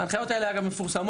ההנחיות האלה מפורסמות,